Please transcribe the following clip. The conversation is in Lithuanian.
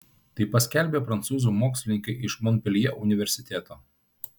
tai paskelbė prancūzų mokslininkai iš monpeljė universiteto